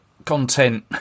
content